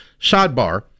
sidebar